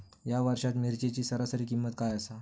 या वर्षात मिरचीची सरासरी किंमत काय आसा?